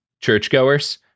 Churchgoers